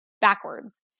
backwards